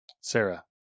Sarah